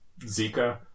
Zika